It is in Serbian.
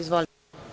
Izvolite.